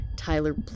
Tyler